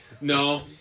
No